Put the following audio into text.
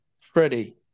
Freddie